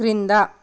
క్రింద